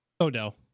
Odell